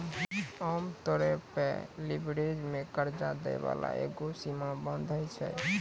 आमतौरो पे लीवरेज मे कर्जा दै बाला एगो सीमा बाँधै छै